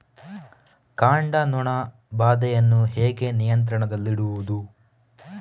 ಕಾಂಡ ನೊಣ ಬಾಧೆಯನ್ನು ಹೇಗೆ ನಿಯಂತ್ರಣದಲ್ಲಿಡುವುದು?